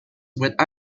with